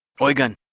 Oigan